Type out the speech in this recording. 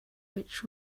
which